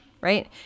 right